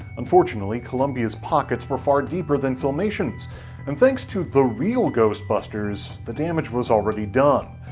unfortunately, columbia's pockets were far deeper than filmation's and thanks to the real ghostbusters, the damage was already done.